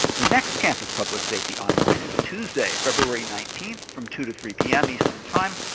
the next campus public safety online is tuesday, february nineteenth, from two two three pm eastern time.